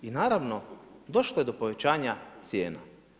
I naravno došlo je do povećanja cijena.